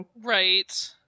Right